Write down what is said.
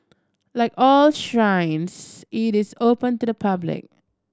like all shrines it is open to the public